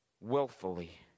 willfully